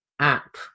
app